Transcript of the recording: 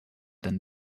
than